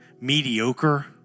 mediocre